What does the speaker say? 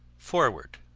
foreword